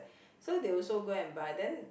so they also go and buy then